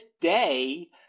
day